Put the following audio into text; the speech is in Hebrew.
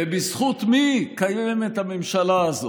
בזכות מי קיימת הממשלה הזאת?